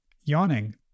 yawning